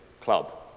club